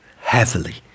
heavily